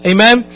Amen